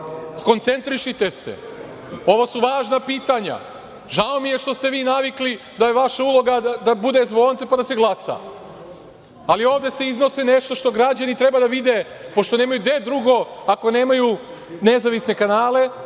Skoncentrišite se. Ovo su važna pitanja. Žao mi je što ste vi navikli da je vaša uloga da bude zvonce, pa da se glasa, ali ovde se iznosi nešto što građani treba da vide, pošto nemaju gde drugo. Ako nemaju nezavisne kanale,